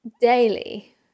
daily